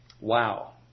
Wow